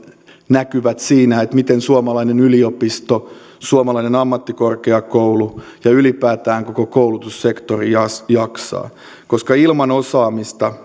näkyvät siinä miten suomalainen yliopisto suomalainen ammattikorkeakoulu ja ylipäätään koko koulutussektori jaksaa jaksaa koska ilman osaamista